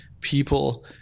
people